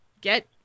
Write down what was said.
get